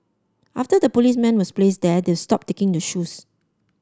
after the policeman was placed there they've stopped taking the shoes